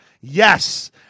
Yes